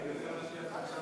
חיים ילין, בבקשה.